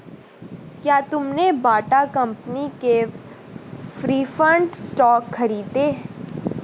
क्या तुमने Bata company के प्रिफर्ड स्टॉक खरीदे?